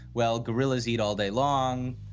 well, gorillas eat all day long,